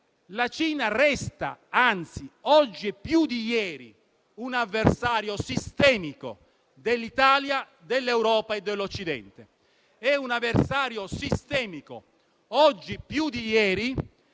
perché resta oggi più di ieri un avversario sistemico dell'Italia, dell'Europa e dell'Occidente. È un avversario sistemico oggi più di ieri